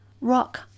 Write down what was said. Rock